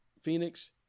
Phoenix